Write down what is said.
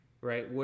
right